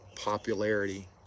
popularity